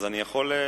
אני יכול,